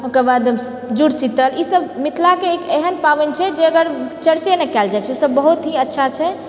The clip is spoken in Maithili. ओकर बाद जुड़ शीतल ई सब मिथिलाके एक एहन पाबनि छै जे अगर चर्चे नहि कएल जाय सब बहुत ही अच्छा छै